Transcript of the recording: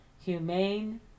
humane